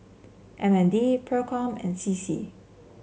M N D Procom and C C